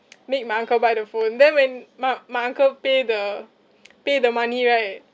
make my uncle buy the phone then when my my uncle pay the pay the money right